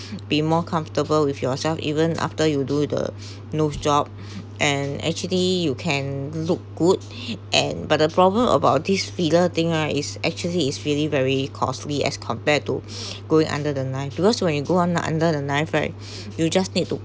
be more comfortable with yourself even after you do the nose job and actually you can look good and but the problem about this filler thing ah is actually is really very costly as compared to going under the knife because when you go under the knife right you just need to